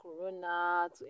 Corona